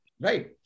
right